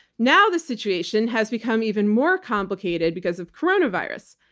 now, the situation has become even more complicated because of coronavirus.